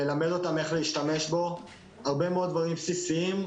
ללמד אותם איך להשתמש בהרבה מאוד דברים בסיסיים,